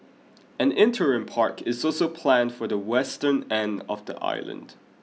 an interim park is also planned for the western end of the island